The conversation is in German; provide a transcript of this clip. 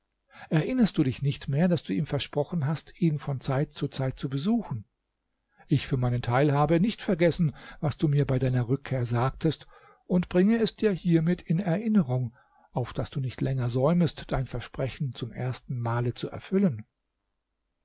erinnerst du dich nicht mehr daß du ihm versprochen hast ihn von zeit zu zeit zu besuchen ich für meinen teil habe nicht vergessen was du mir bei deiner rückkehr sagtest und bringe es dir hiermit in erinnerung auf daß du nicht länger säumest dein versprechen zum ersten male zu erfüllen